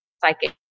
psychic